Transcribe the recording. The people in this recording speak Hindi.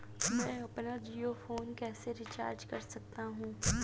मैं अपना जियो फोन कैसे रिचार्ज कर सकता हूँ?